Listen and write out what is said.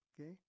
okay